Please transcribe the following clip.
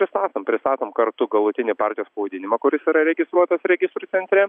pristatom pristatom kartu galutinį partijos pavadinimą kuris yra registruotas registrų centre